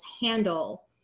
handle